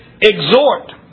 exhort